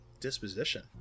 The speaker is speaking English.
disposition